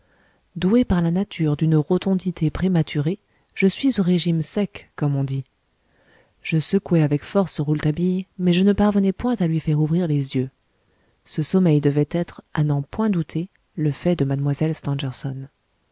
doué par la nature d'une rotondité prématurée je suis au régime sec comme on dit je secouai avec force rouletabille mais je ne parvenais point à lui faire ouvrir les yeux ce sommeil devait être à n'en point douter le fait de mlle